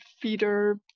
feeder